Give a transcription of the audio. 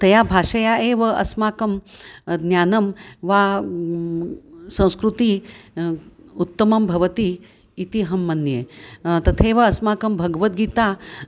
तया भाषया एव अस्माकं ज्ञानं वा संस्कृतिः उत्तमं भवति इति अहं मन्ये तथैव अस्माकं भगवद्गीता